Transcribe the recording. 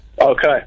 Okay